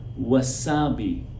wasabi